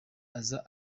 aza